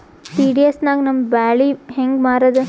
PDS ನಾಗ ನಮ್ಮ ಬ್ಯಾಳಿ ಹೆಂಗ ಮಾರದ?